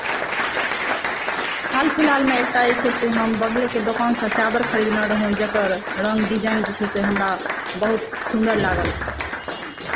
हाल फिलहालमे एकटा जे छै से हम बगलेके दोकानसँ चादर खरीदने रहहुँ जकर रङ्ग डिजाइन जे छै से हमरा बहुत सुन्दर लागल